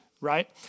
right